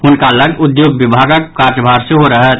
हुनका लऽग उद्योग विभागक कार्यभार सेहो रहत